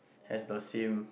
has the same